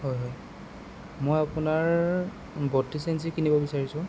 হয় হয় মই আপোনাৰ বত্ৰিছ ইঞ্চিৰ কিনিব বিচাৰিছোঁ